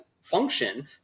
function